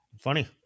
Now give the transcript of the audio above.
Funny